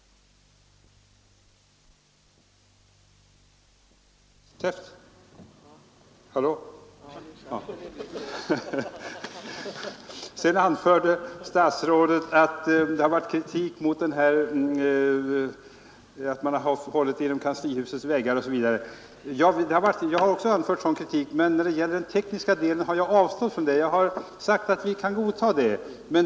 Sedan anförde statsrådet att det har riktats kritik mot att utredningen hållits inom kanslihusets väggar osv. Jag har också tidigare anfört sådan kritik. När det gäller den tekniska delen har jag numera avstått från att göra det och sagt att vi kan godtaga tillvägagångssättet.